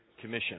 Commission